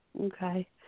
Okay